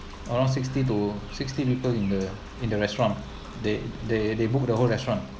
around sixty to sixty people in the in the restaurant they they they book the whole restaurant